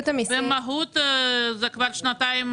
במהות, אלה שנתיים